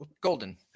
Golden